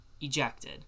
ejected